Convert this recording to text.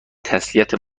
تسلیت